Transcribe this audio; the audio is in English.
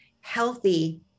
healthy